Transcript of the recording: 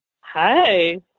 Hi